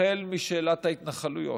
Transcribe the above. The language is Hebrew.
החל משאלת ההתנחלויות,